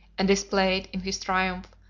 and displayed, in his triumph,